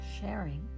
sharing